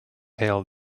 hailed